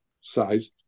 size